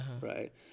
right